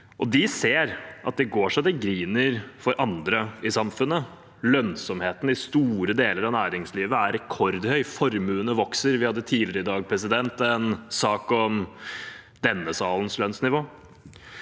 De ser at det går så det griner for andre i samfunnet. Lønnsomheten i store deler av næringslivet er rekordhøy og formuene vokser. Vi hadde tidligere i dag en sak om denne salens lønnsnivå.